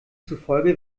zufolge